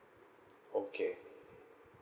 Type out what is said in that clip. okay